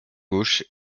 gauche